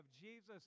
Jesus